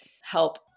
help